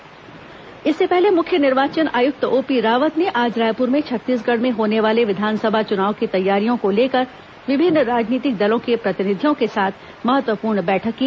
निर्वाचन आयुक्त बैठक इससे पहले मुख्य निर्वाचन आयुक्त ओपी रावत ने आज रायुपर में छत्तीसगढ़ में होने वाले विधानसभा चुनाव की तैयारियों को लेकर विभिन्न राजनीतिक दलों के प्रतिनिधियों के साथ महत्वपूर्ण बैठक की